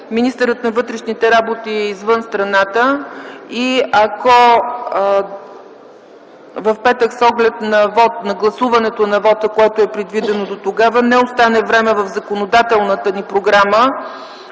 министърът на вътрешните работи е извън страната и ако в петък, с оглед на гласуването на вота, което е предвидено за тогава, не остане време в законодателната ни програма